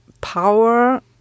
power